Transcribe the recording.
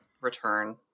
return